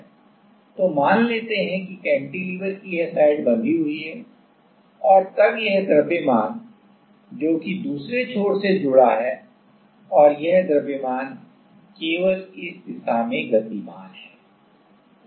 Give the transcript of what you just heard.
तो मान लेते हैं कि कैंटीलेवर की यह साइड बंधी हुई है और तब यह द्रव्यमान जो कि दूसरे छोर से जुड़ा है और यह द्रव्यमान केवल इस दिशा में गतिमान है